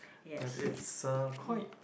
but it's uh quite